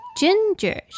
ginger